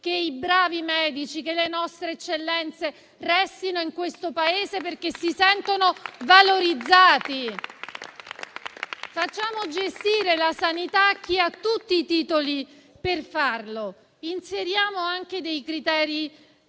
che i bravi medici, le nostre eccellenze restino in questo Paese, perché si sentono valorizzate. Facciamo gestire la sanità a chi ha tutti i titoli per farlo, inseriamo anche dei criteri